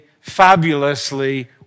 fabulously